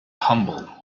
humble